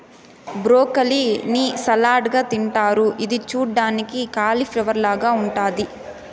broccoli ని salad గా తింటారు ఇది చూడ్డానికి కాలిఫ్లవర్ లాగ ఉంటాది